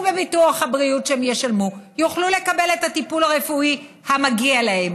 ובביטוח הבריאות שהם ישלמו הם יוכלו לקבל את הטיפול הרפואי המגיע להם.